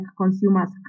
consumers